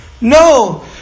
No